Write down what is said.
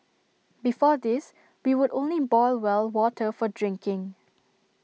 before this we would only boil well water for drinking